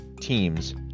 teams